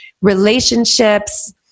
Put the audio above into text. relationships